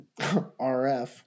RF